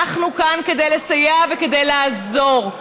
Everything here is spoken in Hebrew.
אנחנו כאן כדי לסייע וכדי לעזור.